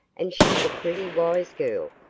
and she's a pretty wise girl,